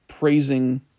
praising